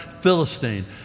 Philistine